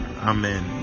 Amen